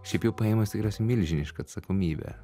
šiaip jau paėmus tikriausiai milžiniška atsakomybė